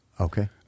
Okay